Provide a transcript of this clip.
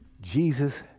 Jesus